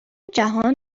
جهان